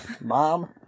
Mom